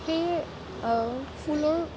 সেই ফুলৰ